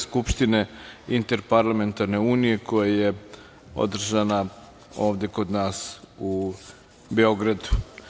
Skupštine Interparlamentarne unije, koja je održana ovde kod nas u Beogradu.